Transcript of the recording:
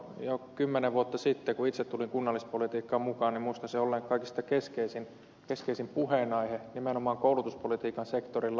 jo kymmenen vuotta sitten kun itse tulin kunnallispolitiikkaan mukaan muistan sen olleen kaikista keskeisin puheenaihe nimenomaan koulutuspolitiikan sektorilla